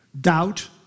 doubt